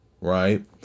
Right